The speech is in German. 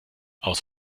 aus